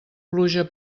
pluja